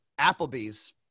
Applebee's